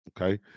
okay